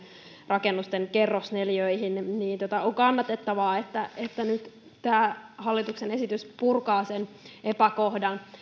rakennusten kerrosneliöihin on kannatettavaa että nyt tämä hallituksen esitys purkaa sen epäkohdan